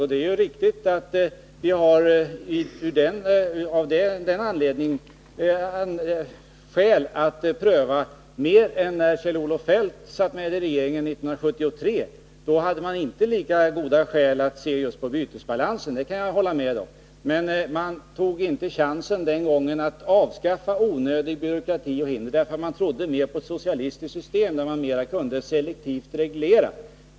Och det är riktigt att vi av den anledningen har större skäl att göra en prövning än man hade 1973 då Kjell-Olof Feldt satt med i regeringen, Då hade man inte lika goda skäl att se på just bytesbalansen — det kan jag hålla med om. Men man tog inte chansen den gången att avskaffa onödig byråkrati och andra hinder, därför att man trodde mera på ett socialistiskt system, inom vilket man i större utsträckning kunde selektivt reglera.